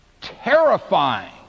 terrifying